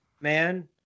man